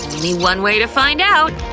only one way to find out!